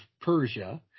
Persia